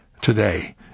today